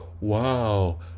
Wow